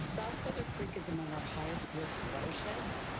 south boulder creek is among our highest risk watersheds.